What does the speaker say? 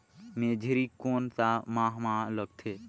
मेझरी कोन सा माह मां लगथे